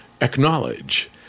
acknowledge